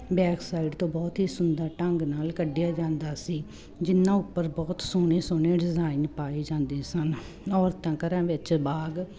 backside ਤੋਂ ਬਹੁਤ ਹੀ ਸੁੰਦਰ ਢੰਗ ਨਾਲ ਕੱਢਿਆ ਜਾਂਦਾ ਸੀ ਜਿਹਨਾਂ ਉੱਪਰ ਬਹੁਤ ਸੋਹਣੇ ਸੋਹਣੇ ਡਿਜ਼ਾਇਨ ਪਾਏ ਜਾਂਦੇ ਸਨ ਔਰਤਾਂ ਘਰਾਂ ਵਿੱਚ ਬਾਗ